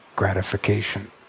gratification